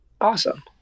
Awesome